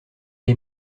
est